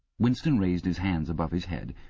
winston raised his hands above his head,